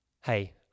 hey